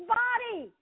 body